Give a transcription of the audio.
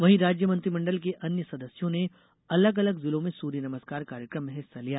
वहीं राज्य मंत्रीमंडल के अन्य सदस्यों ने अलग अलग जिलों मे ंसूर्य नमस्कार कार्यक्रम में हिस्सा लिया